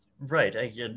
Right